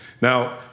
Now